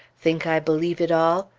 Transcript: think i believe it all?